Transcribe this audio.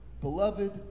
Beloved